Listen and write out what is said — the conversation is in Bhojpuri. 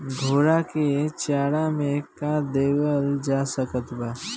घोड़ा के चारा मे का देवल जा सकत बा?